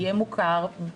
יהיה מוכר.